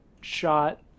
shot